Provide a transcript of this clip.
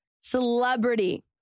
celebrity